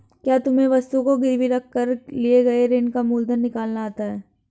क्या तुम्हें वस्तु को गिरवी रख कर लिए गए ऋण का मूलधन निकालना आता है?